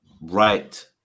right